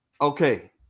okay